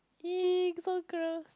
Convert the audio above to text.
so gross